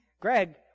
Greg